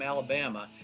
Alabama